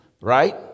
Right